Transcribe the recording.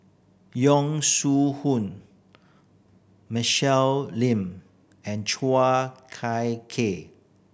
Yong Shu Hoong Michelle Lim and Chua Kai Kay